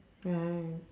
right